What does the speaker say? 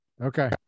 Okay